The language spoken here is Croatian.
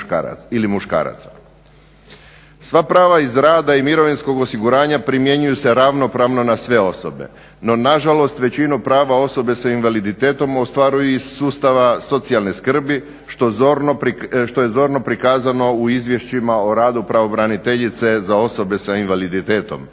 Sva prava iz rada i mirovinskog osiguranja primjenjuju se ravnopravno na sve osobe. No nažalost većinu prava osobe s invaliditetom ostvaruje iz sustava socijalne skrbi je što zorno prikazano u izvješćima o radu pravobraniteljice za osobe s invaliditetom.